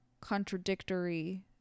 contradictory